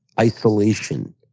isolation